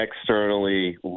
externally